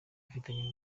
bifitanye